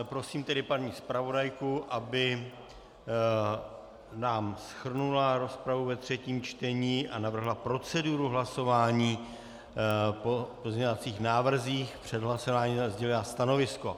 Prosím paní zpravodajku, aby nám shrnula rozpravu ve třetím čtení a navrhla proceduru hlasování o pozměňovacích návrzích a před hlasováním nám sdělila stanovisko.